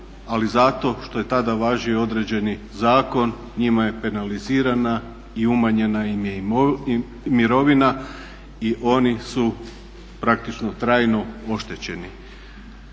ali zato što je tada važio određeni zakon njima je penalizirana i umanjena im je mirovina i oni su praktički trajno oštećeni.